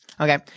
Okay